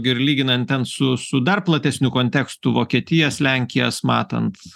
gi ir lyginant ten su su dar platesniu kontekstu vokietijas lenkijas matant